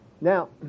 Now